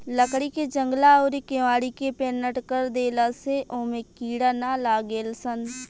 लकड़ी के जंगला अउरी केवाड़ी के पेंनट कर देला से ओमे कीड़ा ना लागेलसन